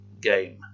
game